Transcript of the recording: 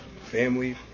family